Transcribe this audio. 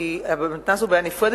כי המתנ"ס הוא בעיה נפרדת.